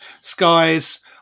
skies